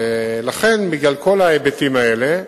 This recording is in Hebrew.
לכן, בגלל כל ההיבטים האלה,